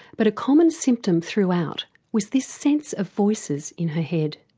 but a common symptom throughout was this sense of voices in her head.